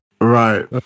Right